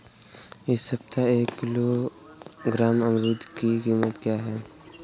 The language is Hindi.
इस सप्ताह एक किलोग्राम अमरूद की कीमत क्या है?